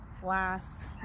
glass